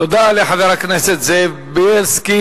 תודה לחבר הכנסת זאב בילסקי.